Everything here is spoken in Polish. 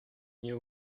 nie